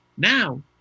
Now